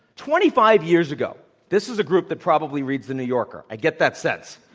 twenty-five years ago this is a group that probably reads the new yorker. i get that sense.